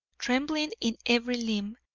trembling in every limb,